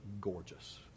gorgeous